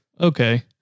okay